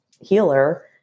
healer